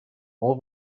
all